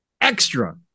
extra